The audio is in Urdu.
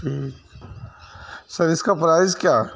سر اس کا پرائز کیا